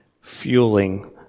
fueling